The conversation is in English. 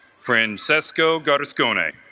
francisco got ascona